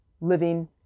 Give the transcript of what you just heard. living